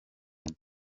nda